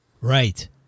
Right